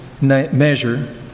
measure